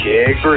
Kick